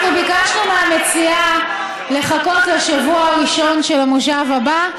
אנחנו ביקשנו מהמציעה לחכות לקבוע הראשון של המושב הבא,